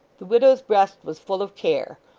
the widow's breast was full of care,